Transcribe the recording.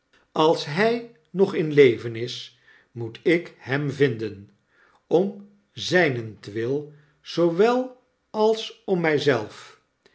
als hy nog in leven is moet ik hem vinden om zynentwil zoowel als om